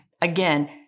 Again